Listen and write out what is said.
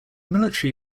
military